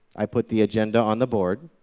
i put the agenda on the board,